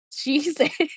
Jesus